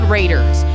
Raiders